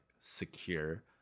secure